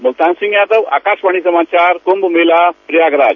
मुल्तान सिंह यादव आकाशवाणी समाचार कुंभ मेला प्रयागराज